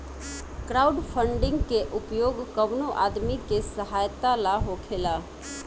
crowdfunding के उपयोग कवनो आदमी के सहायता ला होखेला